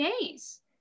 days